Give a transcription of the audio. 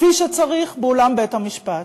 כפי שצריך, באולם בית-המשפט.